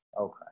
okay